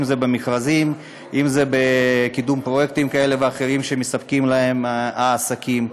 אם זה במכרזים ואם זה בקידום פרויקטים כאלה ואחרים שמספקים להם העסקים.